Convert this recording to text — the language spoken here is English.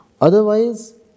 Otherwise